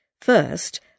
First